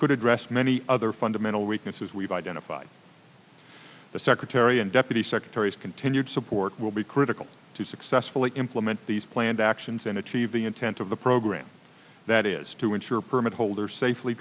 statement rest many other fundamental weaknesses we've identified the secretary and deputy secretaries continued support will be critical to successfully implement these plans actions and achieve the intent of the program that is to ensure permit holders safely